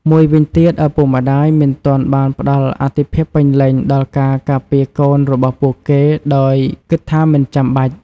មួយវិញទៀត ឪពុកម្ដាយមិនទាន់បានផ្ដល់អាទិភាពពេញលេញដល់ការការពារកូនរបស់ពួកគេ ដោយគិតថាមិនចាំបាច់។